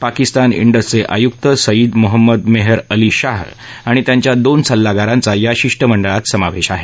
पाकिस्तान इंडसचे आयुक सईद मोहम्मद मेहर अली शाह आणि त्यांच्या दोन सल्लागारांचा या शिष्टमंडळात समावेश आहे